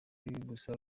gusa